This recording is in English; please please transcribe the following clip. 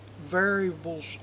variables